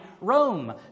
Rome